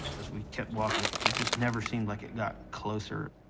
as we kept walking, it just never seemed like it got closer.